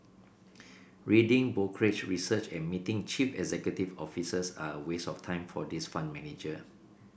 reading brokerage research and meeting chief executive officers are a waste of time for this fund manager